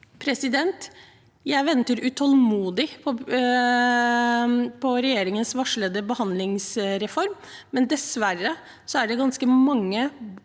Jeg venter utålmodig på regjeringens varslede behandlingsreform. Dessverre er det ganske mange